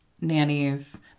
nannies